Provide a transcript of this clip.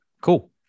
Cool